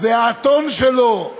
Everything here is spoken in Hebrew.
והאתון שלו,